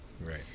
Right